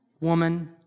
woman